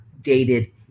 dated